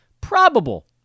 probable